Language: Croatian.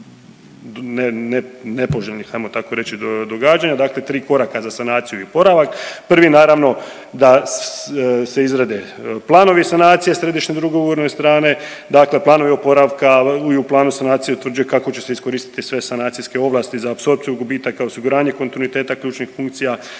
nepoželjnih ajmo tako reći događanja dakle tri koraka za sanaciju i oporavak. Prvi, naravno da se izrade planovi sanacije središnje i druge ugovorne strane, dakle planovi oporavka i u planu sanacije utvrđuje kako će se iskoristiti sve sanacijske ovlasti za apsorpciju gubitaka, osiguranje kontinuiteta ključnih funkcija.